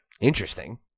Interesting